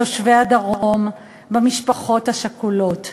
בתושבי הדרום, במשפחות השכולות.